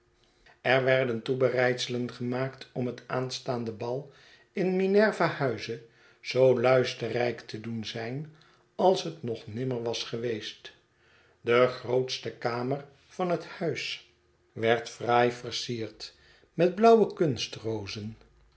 er werden toebereidselen gemaakt om het aanstaande bal in minervahuize zoo luisterrtjkte doen zijn als het nog nimmer was geweest de grootste kamer van het huis werd fraai versierd met blauwe